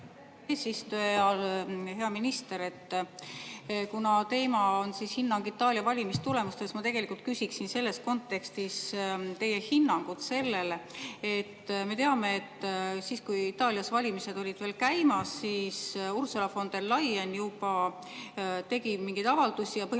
eesistuja! Hea minister! Kuna teema on hinnang Itaalia valimistulemustele, siis ma küsiksin selles kontekstis teie hinnangut sellele, et me teame, et siis, kui Itaalias valimised olid veel käimas, tegi Ursula von der Leyen juba mingeid avaldusi ja põhimõtteliselt